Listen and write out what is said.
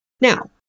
Now